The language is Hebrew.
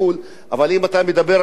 אבל אם אתה מדבר על שוויון,